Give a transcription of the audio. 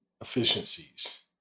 efficiencies